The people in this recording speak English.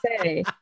say